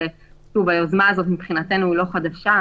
היוזמה הזאת מבחינתנו לא חדשה.